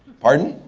pardon?